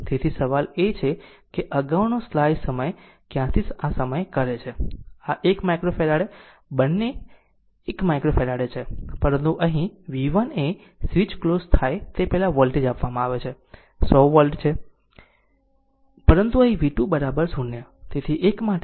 તેથી સવાલ એ છે કે અગાઉનો સમય સ્લાઇડ સમય ક્યાંથી આ સમય કરે છે આ 1 માઈક્રોફેરાડે બંને 1 માઈક્રોફેરાડે છે પરંતુ અહીં v 1 એ સ્વીચ ક્લોઝ થાય તે પહેલાં વોલ્ટેજ આપવામાં આવે છે તે 100 વોલ્ટ છે પરંતુ અહીં v 2 0